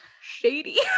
shady